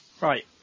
Right